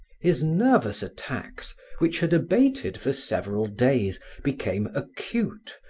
his nervous attacks which had abated for several days, became acute,